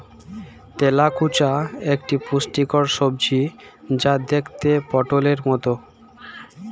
তেলাকুচা একটি পুষ্টিকর সবজি যা দেখতে পটোলের মতো